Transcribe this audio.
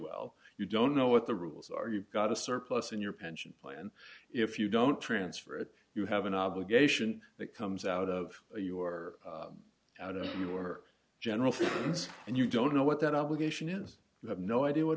well you don't know what the rules are you've got a surplus in your pension plan and if you don't transfer it you have an obligation that comes out of your out of your general and you don't know what that obligation is you have no idea what